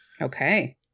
Okay